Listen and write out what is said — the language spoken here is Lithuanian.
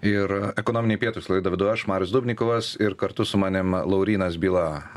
ir ekonominiai pietūs laidą vedu aš marius dubnikovas ir kartu su manim laurynas byla